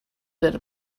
that